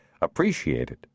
appreciated